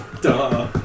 Duh